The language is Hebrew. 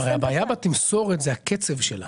היום הבעיה בתמסורת זה הקצב שלה.